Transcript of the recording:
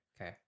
okay